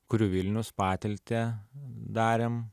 kuriu vilnius patiltę darėm